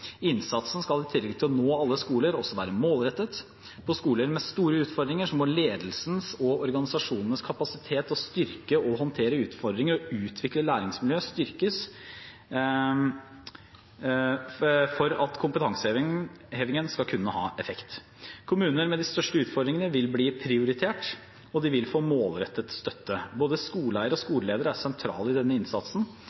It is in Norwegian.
Innsatsen skal i tillegg til å nå alle skoler være målrettet, og på skoler med store utfordringer må ledelsens og organisasjonenes kapasitet til å håndtere utfordringer og utvikle læringsmiljøer styrkes for at kompetansehevingen skal kunne ha effekt. Kommunene med de største utfordringene vil bli prioritert, og de vil få målrettet støtte. Både skoleeier og